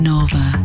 Nova